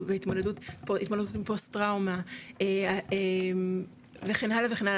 התמודדות עם פוסט טראומה וכן הלאה וכן הלאה,